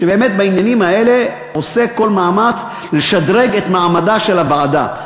שבאמת בעניינים האלה עושה כל מאמץ לשדרג את מעמדה של הוועדה,